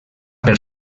per